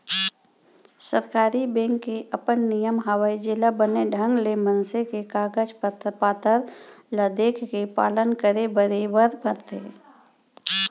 सरकारी बेंक के अपन नियम हवय जेला बने ढंग ले मनसे के कागज पातर ल देखके पालन करे बरे बर परथे